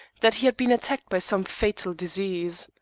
that he had been attacked by some fatal disease.